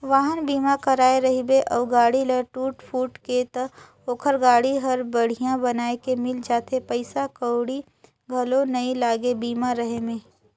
वाहन बीमा कराए रहिबे अउ गाड़ी ल टूट फूट गे त ओखर गाड़ी हर बड़िहा बनाये के मिल जाथे पइसा कउड़ी घलो नइ लागे बीमा रहें में